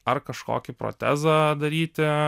ar kažkokį protezą daryti